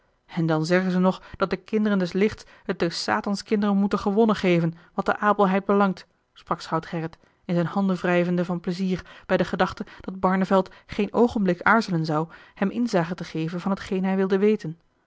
en dan zeggen ze nog dat de kinderen des lichts het den satans kinderen moeten gewonnen geven wat de abelheid belangt sprak schout gerrit in zijne handen wrijvende van pleizier bij de gedachte dat barneveld geen oogenblik aarzelen zou hem inzage te geven van t geen hij wilde weten